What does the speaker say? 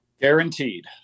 guaranteed